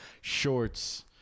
Shorts